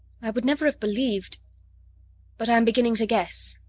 i would never have believed but i'm beginning to guess.